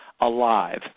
alive